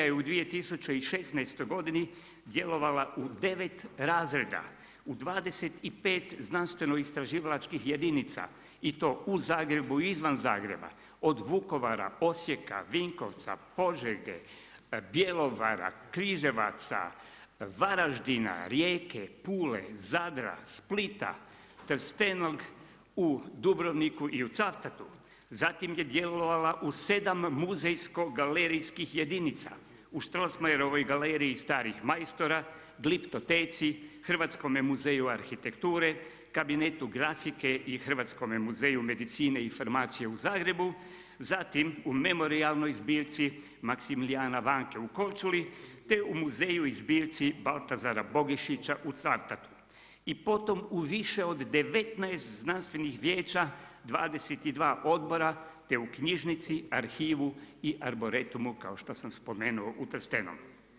HAZU je u 2016. godini djelovala u 9 razreda u 25 znanstveno-istraživalačkih jedinica i to u Zagrebu i izvan Zagreba od Vukovara, Osijeka, Vinkovaca, Požege, Bjelovara, Križevaca, Varaždina, Rijeke, Pule, Zadra, Splita, Trstenom u Dubrovniku i u Cavtatu, zatim je djelovala u 7 muzejsko-galerijskih jedinica u Strossmayerovoj Galeriji starih majstora, Gliptoteci, Hrvatskome muzeju arhitekture, Kabinetu grafike i Hrvatskome muzeje medicine i farmacije u Zagrebu, zatim u Memorijalnoj zbirci Maksimilijana Vanke u Korčuli te u muzeju i zbirci Baltazara Bogišića u Cavtatu i potom u više od 19 znanstvenih vijeća, 22 odbora te u knjižnici, arhivu i arboretumu kao što sam spomenuo u Trstenom.